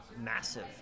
massive